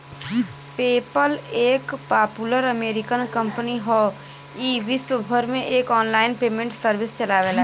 PayPal एक popular American company हौ ई विश्वभर में एक आनलाइन पेमेंट सर्विस चलावेला